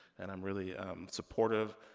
and i'm really supportive,